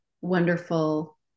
wonderful